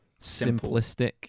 simplistic